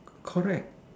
correct